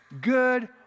Good